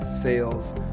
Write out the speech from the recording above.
sales